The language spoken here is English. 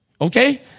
Okay